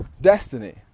destiny